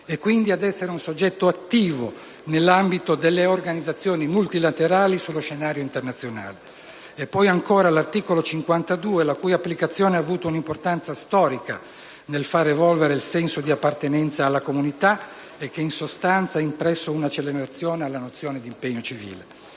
e, quindi, ad essere un soggetto attivo nell'ambito delle organizzazioni multilaterali sullo scenario internazionale. Vi è poi l'articolo 52, la cui applicazione ha avuto un'importanza storica nel far evolvere il senso di appartenenza alla comunità e che in sostanza ha impresso un'accelerazione alla nozione di impegno civile.